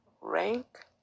rank